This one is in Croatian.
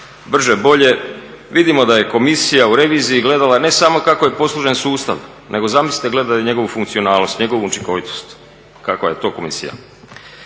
brže bolje vidimo da je komisija u reviziji gledala ne samo kako je posložen sustav nego zamislite gleda i njegovu funkcionalnost, njegovu učinkovitost. Kakva je to komisija!